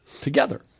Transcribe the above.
together